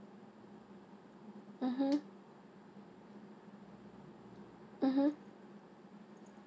mmhmm